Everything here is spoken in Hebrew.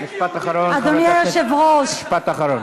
חברי חברי הכנסת,